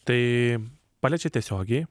tai paliečia tiesiogiai